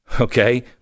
Okay